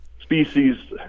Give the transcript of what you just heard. species